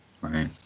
right